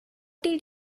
did